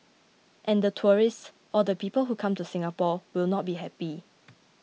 and the tourists or the people who come to Singapore will not be happy